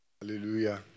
Hallelujah